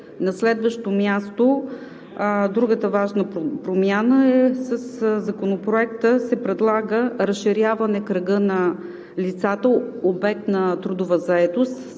На следващо място, другата важна промяна – със Законопроекта се предлага разширяване кръга на лицата, обект на трудова заетост,